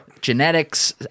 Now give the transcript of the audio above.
genetics